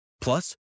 Plus